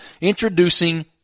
Introducing